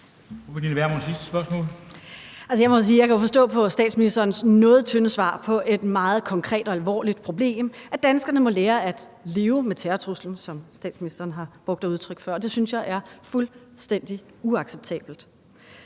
jeg kan forstå på statsministerens noget tynde svar på et spørgsmål om et meget konkret og alvorligt problem, at danskerne må lære at leve med terrortruslen, som statsministeren har udtrykt det før, og det synes jeg er fuldstændig uacceptabelt.